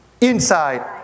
inside